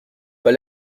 pas